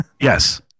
yes